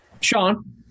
Sean